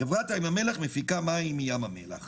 חברת ים המלח מפיקה מים, מים המלח.